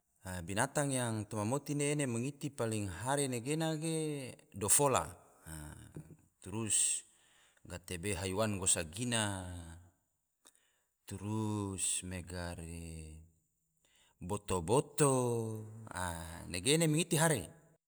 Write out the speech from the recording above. Binatang yang toma moti ne ene mangiti paling hare anggena ge dofola, turus gatebe haiwan gosagina, turus mega re boto-boto, a nege ene mangiti hare